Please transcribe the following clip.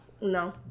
No